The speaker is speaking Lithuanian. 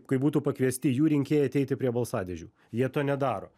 kai būtų pakviesti jų rinkėjai ateiti prie balsadėžių jie to nedaro